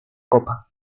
copa